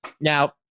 Now